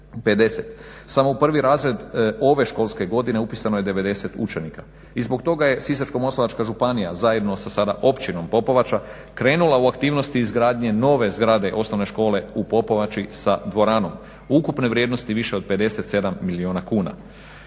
Samo u prvi razred ove školske godine upisano je 90 učenika. I zbog toga je Sisačko-moslavačka županija zajedno sa sada Općinom Popovača krenula u aktivnosti izgradnje nove zgrade Osnovne škole u Popovači sa dvoranom ukupne vrijednosti više od 57 milijuna kuna.